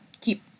keep